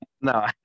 No